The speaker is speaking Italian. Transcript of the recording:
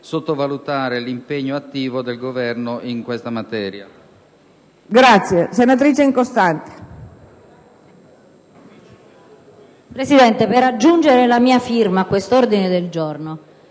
sottovalutare l'impegno attivo del Governo in questa materia.